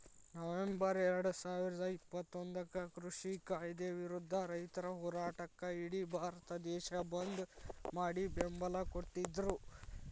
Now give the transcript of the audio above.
November ಎರಡುಸಾವಿರದ ಇಪ್ಪತ್ತೊಂದಕ್ಕ ಕೃಷಿ ಕಾಯ್ದೆ ವಿರುದ್ಧ ರೈತರ ಹೋರಾಟಕ್ಕ ಇಡಿ ಭಾರತ ದೇಶ ಬಂದ್ ಮಾಡಿ ಬೆಂಬಲ ಕೊಟ್ಟಿದ್ರು